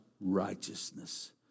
righteousness